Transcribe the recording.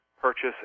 purchase